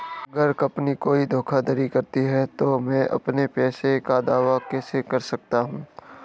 अगर कंपनी कोई धोखाधड़ी करती है तो मैं अपने पैसे का दावा कैसे कर सकता हूं?